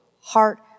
heart